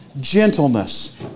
gentleness